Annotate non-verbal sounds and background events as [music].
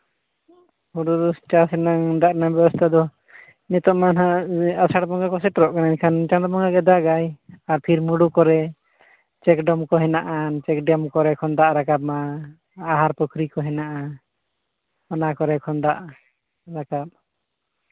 ᱦᱩᱲᱩ ᱪᱟᱥ ᱨᱮᱱᱟᱝ ᱫᱟᱜ ᱨᱮᱱᱟᱜ ᱵᱮᱵᱚᱥᱛᱷᱟ ᱫᱚ ᱱᱤᱛᱚᱜ ᱢᱟ ᱱᱟᱦᱟᱜ ᱟᱥᱟᱲ ᱵᱚᱸᱜᱟ ᱠᱚ ᱥᱮᱴᱮᱨ ᱞᱮᱱᱠᱷᱟᱱ ᱪᱟᱸᱫᱳ ᱵᱚᱸᱜᱟ ᱜᱮ ᱫᱟᱜᱟᱭ ᱟᱨ [unintelligible] ᱠᱚᱨᱮᱭ ᱪᱮ ᱠ ᱰᱮᱢ ᱠᱚ ᱦᱮᱱᱟᱜᱼᱟ ᱪᱮ ᱠ ᱰᱮᱢ ᱠᱚᱨᱮ ᱠᱷᱚᱱ ᱫᱟᱜ ᱨᱟᱠᱟᱵᱼᱟ ᱟᱦᱟᱨ ᱯᱩᱠᱷᱨᱤ ᱠᱚ ᱢᱮᱱᱟᱜᱼᱟ ᱚᱱᱟ ᱠᱚᱨᱮ ᱠᱷᱚᱱ ᱫᱟᱜ ᱨᱟᱠᱟᱵ